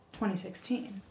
2016